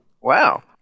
Wow